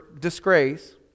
disgrace